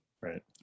right